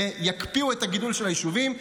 ויקפיאו את הגידול של היישובים,